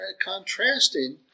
contrasting